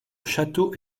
château